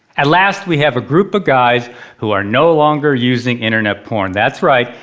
at last we have a group of guys who are no longer using internet porn. that's right!